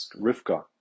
Rivka